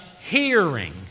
hearing